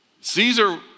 Caesar